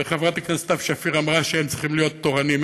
וחברת הכנסת סתיו שפיר אמרה שהם צריכים להיות תורנים,